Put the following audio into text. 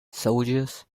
soldiers